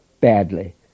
badly